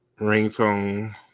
ringtone